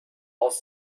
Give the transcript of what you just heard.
aus